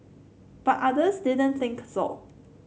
but others didn't think so